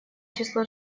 число